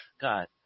god